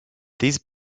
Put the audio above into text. these